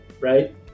right